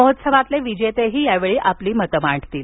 महोत्सवातले विजेतेही यावेळी आपली मतं मांडतील